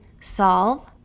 solve